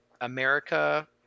America